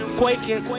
quaking